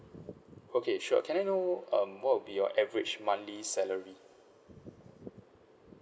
okay sure can I know um what will be your average monthly salary